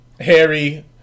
Harry